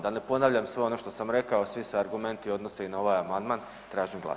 Da ne ponavljam sve ono što sam rekao, svi se argumenti odnose i na ovaj amandman, tražim glasanje.